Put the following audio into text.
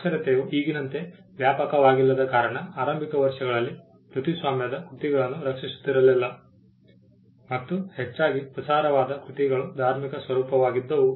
ಸಾಕ್ಷರತೆಯು ಈಗಿನಂತೆ ವ್ಯಾಪಕವಾಗಿಲ್ಲದ ಕಾರಣ ಆರಂಭಿಕ ವರ್ಷಗಳಲ್ಲಿ ಕೃತಿಸ್ವಾಮ್ಯದ ಕೃತಿಗಳನ್ನು ರಕ್ಷಿಸುತ್ತಿರಲಿಲ್ಲ ಮತ್ತು ಹೆಚ್ಚಾಗಿ ಪ್ರಸಾರವಾದ ಕೃತಿಗಳು ಧಾರ್ಮಿಕ ಸ್ವರೂಪದ್ದಾಗಿದ್ದವು